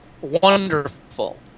wonderful